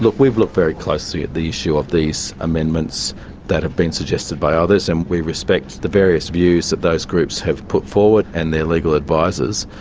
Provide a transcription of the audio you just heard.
we looked very closely at the issue of these amendments that have been suggested by others and we respect the various views that those groups have put forward and their legal advisors.